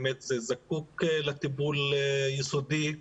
זה באמת נזקק לטיפול יסודי.